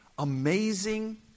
Amazing